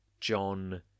John